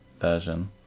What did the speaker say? version